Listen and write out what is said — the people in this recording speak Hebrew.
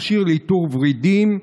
מכשיר לאיתור ורידים),